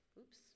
Oops